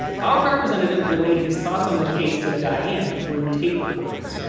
our representative relayed his thoughts on the case to diane through tape recordings.